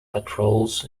patrols